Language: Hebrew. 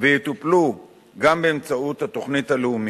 ויטופלו גם באמצעות התוכנית הלאומית.